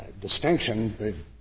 distinction